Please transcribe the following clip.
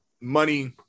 money